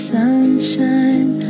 sunshine